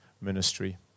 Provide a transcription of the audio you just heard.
ministry